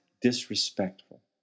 disrespectful